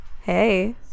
hey